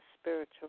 spiritual